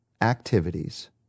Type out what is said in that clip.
activities